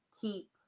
keep